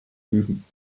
üben